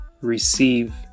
receive